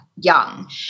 young